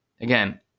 again